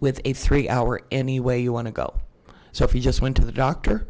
with a three hour anyway you want to go so if you just went to the doctor